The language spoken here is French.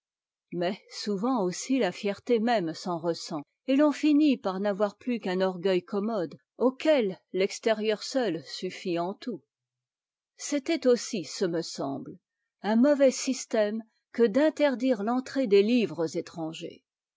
mais souvent aussi la fierté même s'en ressent et l'on nnit par n'avoir supprimé par la censure plus qu'un orgueil commode auquel l'extérieur seutsuffitentout c c'était aussi ce me semble un mauvais système que d'interdire t'entrëe des livres étrangers